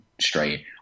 straight